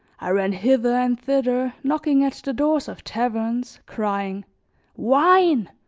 i ran hither and thither knocking at the doors of taverns crying wine!